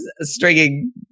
stringing